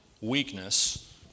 weakness